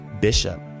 Bishop